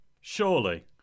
surely